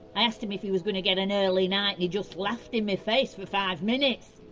i asked him if he was going to get an early night and he just laughed in my face for five minutes.